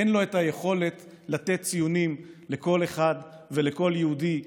אין לו את היכולת לתת ציונים לכל אחד ולכל יהודי,